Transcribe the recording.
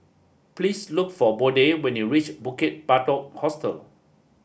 please look for Bode when you reach Bukit Batok Hostel